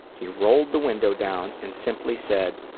he rolled the window down and simply said,